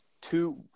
two